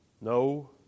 no